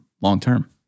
long-term